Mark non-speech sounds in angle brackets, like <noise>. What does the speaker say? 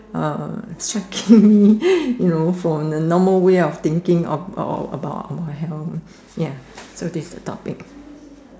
uh shaking me <breath> you know from the normal way of thinking of about my health ya so this is the topic